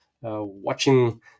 watching